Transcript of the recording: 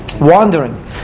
wandering